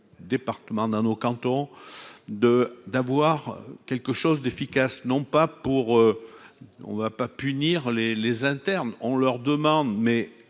départements, dans nos cantons de d'avoir quelque chose d'efficace, non pas pour, on ne va pas punir les les internes, on leur demande : mais